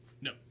no